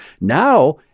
now